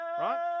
Right